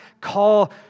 call